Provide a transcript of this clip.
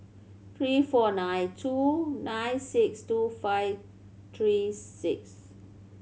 three four nine two nine six two five three six